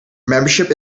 membership